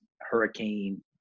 hurricane